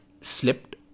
slipped